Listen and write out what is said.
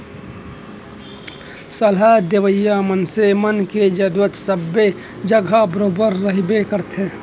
सलाह देवइया मनसे मन के जरुरत सबे जघा बरोबर रहिबे करथे